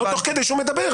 לא תוך כדי שהוא מדבר.